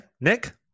Nick